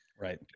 right